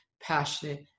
passionate